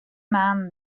man